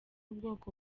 bwoko